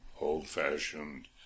old-fashioned